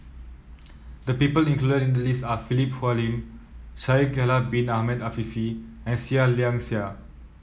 the people included in the list are Philip Hoalim Shaikh Yahya Bin Ahmed Afifi and Seah Liang Seah